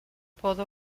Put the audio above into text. pode